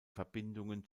verbindungen